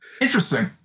Interesting